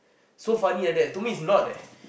so funny like that to me it's not